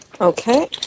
Okay